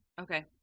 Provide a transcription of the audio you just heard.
Okay